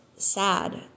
sad